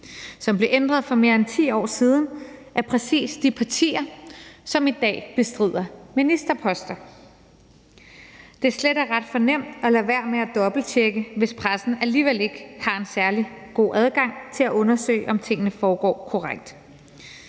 som blev ændret for mere end 10 år siden af præcis de partier, som i dag bestrider ministerposter. Det er slet og ret for nemt at lade være med at dobbelttjekke, hvis pressen alligevel ikke har en særlig god adgang til at undersøge, om tingene foregår korrekt.